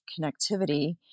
connectivity